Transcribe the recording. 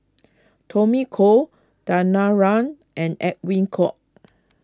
Tommy Koh Danaraj and Edwin Koek